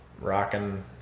rocking